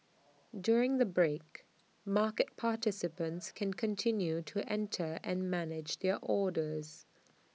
during the break market participants can continue to enter and manage their orders